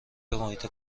محیط